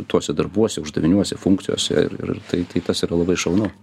tuose darbuose uždaviniuose funkcijose ir ir tai tai tas yra labai šaunu